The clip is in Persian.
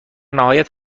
نهایت